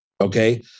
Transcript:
Okay